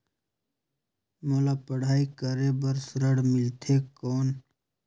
मोला पढ़ाई करे बर ऋण मिलथे कौन?